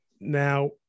now